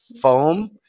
foam